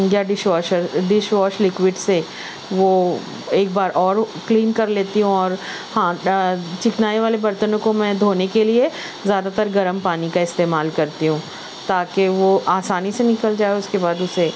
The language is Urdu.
یا ڈش واشر ڈش واش لکوٹ سے وہ ایک بار اور کلین کر لیتی ہوں اور ہاں چکنائی والے برتنوں کو میں دھونے کے لئے زیادہ تر گرم پانی کا استعمال کرتی ہوں تاکہ وہ آسانی سے نکل جائے اور اس کے بعد اسے